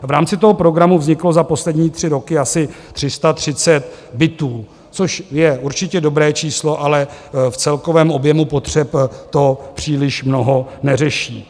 V rámci toho programu vzniklo za poslední tři roky asi 330 bytů, což je určitě dobré číslo, ale v celkovém objemu potřeb to příliš mnoho neřeší.